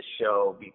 show